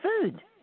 food